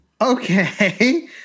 Okay